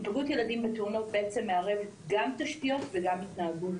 היפגעות ילדים בתאונות מערב גם תשתיות וגם התנהגות.